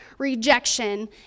rejection